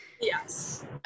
Yes